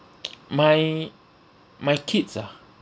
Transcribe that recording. my my kids ah